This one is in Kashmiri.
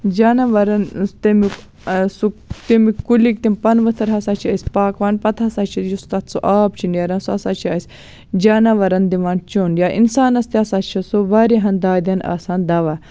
جاناوارن تَمیُک سُہ تَمہِ کُلیُک تِم پَنہٕ ؤتھٕر ہسا چھِ أسۍ پاکوان پتہٕ ہسا چھِ یُس تَتھ سُہ آب چھُ نیران سُہ ہسا چھِ أسۍ جاناوارن دِوان چیٚون یا اِنسانَس تہِ ہسا چھُ سُہ واریاہَن دادٮ۪ن آسان دَوہ